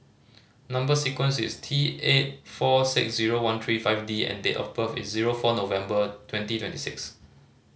number sequence is T eight four six zero one three five D and date of birth is zero four November twenty twenty six